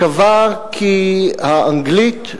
קבע כי האנגלית,